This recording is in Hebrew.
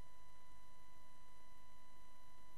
באמת,